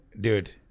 Dude